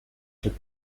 took